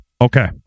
Okay